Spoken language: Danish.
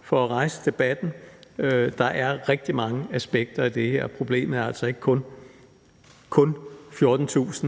for at rejse debatten. Der er rigtig mange aspekter i det her, og problemet er ikke kun 14.000,